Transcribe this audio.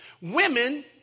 women